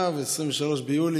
באב, 23 ביולי.